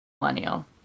millennial